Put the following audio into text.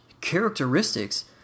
characteristics